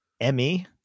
emmy